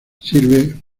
sirve